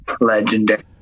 Legendary